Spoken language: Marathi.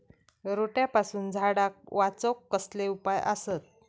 रोट्यापासून झाडाक वाचौक कसले उपाय आसत?